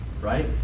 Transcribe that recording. right